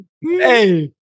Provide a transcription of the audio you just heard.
hey